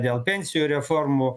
dėl pensijų reformų